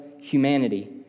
humanity